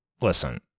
listen